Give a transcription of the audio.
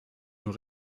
nur